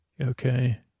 Okay